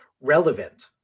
relevant